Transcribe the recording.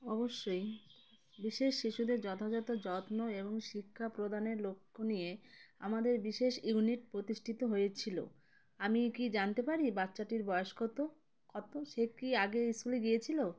অবশ্যই বিশেষ শিশুদের যথাযথ যত্ন এবং শিক্ষা প্রদানের লক্ষ্য নিয়ে আমাদের বিশেষ ইউনিট প্রতিষ্ঠিত হয়েছিলো আমি কি জানতে পারি বাচ্চাটির বয়স্কত কত সে কি আগে স্কুলে গিয়েছিলো